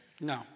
No